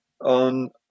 on